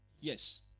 Yes